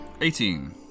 Eighteen